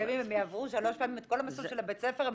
גם אם הם יעברו שלוש פעמים את כל המסלול של הבית ספר הם